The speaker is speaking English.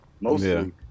mostly